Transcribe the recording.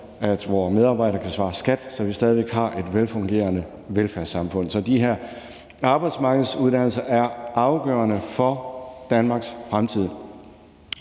kan vore medarbejdere også svare skat, så vi stadig væk har et velfungerende velfærdssamfund. Så de her arbejdsmarkedsuddannelser er afgørende for Danmarks fremtid,